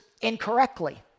incorrectly